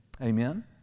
Amen